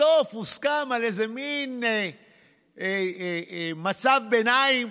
בסוף הוסכם על איזה מין מצב ביניים,